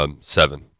Seven